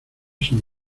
sin